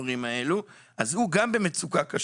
לא תמיד מציידת אותם בדברים האלה גם הוא נמצא במצוקה קשה,